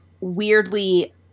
weirdly